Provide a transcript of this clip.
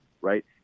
Right